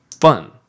fun